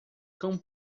cão